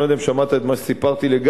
אני לא יודע אם שמעת את מה שסיפרתי לגפני,